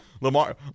Lamar